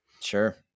Sure